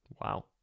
Wow